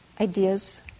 ideas